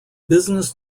business